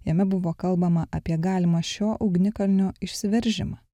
jame buvo kalbama apie galimą šio ugnikalnio išsiveržimą